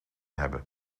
hebben